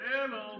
Hello